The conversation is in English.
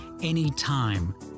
anytime